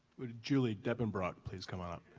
would julie depenbrock please come on up.